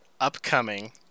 upcoming